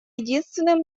единственным